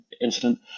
incident